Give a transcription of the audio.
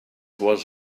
was